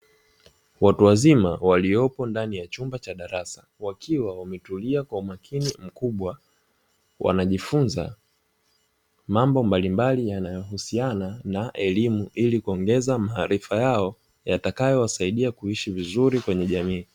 Watu wazima waliopo ndani ya chumba cha darasa wakiwa wametulia kwa umakini mkubwa, wanajifunza mambo mbalimbali yanayohusiana na elimu ili kuongeza maarifa yao yatakayowasaidia kuishi vizuri kwenye jamii.